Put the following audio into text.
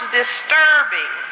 disturbing